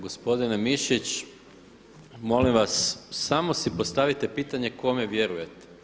Gospodine Mišić, molim vas samo si postavite pitanje kome vjerujete.